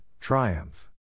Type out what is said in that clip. Triumph